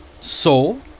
soul